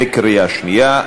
בקריאה שנייה.